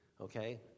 okay